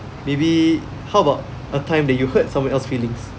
maybe how about a time that you hurt someone else's feelings